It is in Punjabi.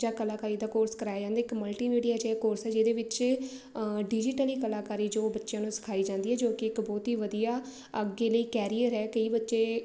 ਜਾਂ ਕਲਾਕਾਰੀ ਦਾ ਕੋਰਸ ਕਰਾਇਆ ਜਾਂਦਾ ਇੱਕ ਮਲਟੀਮੀਡੀਆ 'ਚ ਇਹ ਕੋਰਸ ਹੈ ਜਿਹਦੇ ਵਿੱਚ ਡਿਜ਼ੀਟਲੀ ਕਲਾਕਾਰੀ ਜੋ ਬੱਚਿਆਂ ਨੂੰ ਸਿਖਾਈ ਜਾਂਦੀ ਹੈ ਜੋ ਕਿ ਇੱਕ ਬਹੁਤ ਹੀ ਵਧੀਆ ਅੱਗੇ ਲਈ ਕੈਰੀਅਰ ਹੈ ਕਈ ਬੱਚੇ